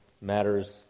matters